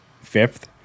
fifth